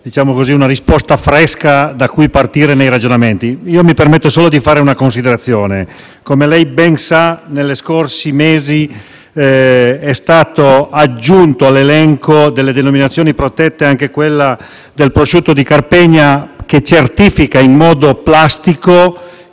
abbiamo una risposta fresca da cui partire nei ragionamenti. Mi permetto solo di fare una considerazione. Come lei ben sa, nei mesi scorsi è stata aggiunta all'elenco delle denominazioni protette anche quella del prosciutto di Carpegna, certificando in modo plastico